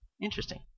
Interesting